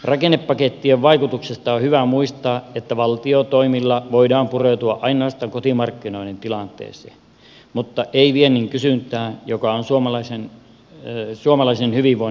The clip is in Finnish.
rakennepakettien vaikutuksesta on hyvä muistaa että valtiotoimilla voidaan pureutua ainoastaan kotimarkkinoiden tilanteeseen mutta ei viennin kysyntään joka on suomalaisen hyvinvoinnin kivijalka